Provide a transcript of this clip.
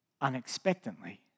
unexpectedly